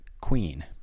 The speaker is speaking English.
queen